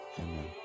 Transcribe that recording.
Amen